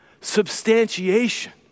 substantiation